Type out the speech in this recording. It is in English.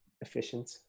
efficient